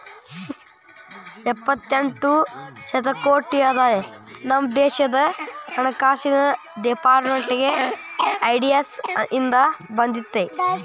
ಎಪ್ಪತ್ತೆಂಟ ಶತಕೋಟಿ ಆದಾಯ ನಮ ದೇಶದ್ ಹಣಕಾಸಿನ್ ಡೆಪಾರ್ಟ್ಮೆಂಟ್ಗೆ ವಿ.ಡಿ.ಐ.ಎಸ್ ಇಂದ್ ಬಂದಿತ್